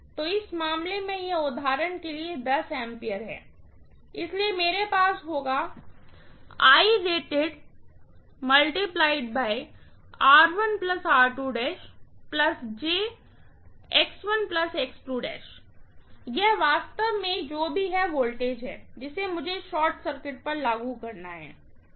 तो इस मामले में यह उदाहरण के लिए 10 A है इसलिए मेरे पास होगा यह वास्तव में जो भी वोल्टेज है जिसे मुझे शॉर्ट सर्किट पर लागू करना है